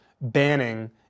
banning